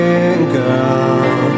Girl